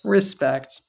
Respect